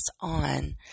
on